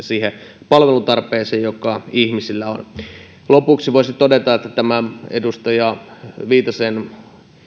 siihen palvelutarpeeseen joka ihmisillä on lopuksi voisi todeta että tämä edustaja viitasen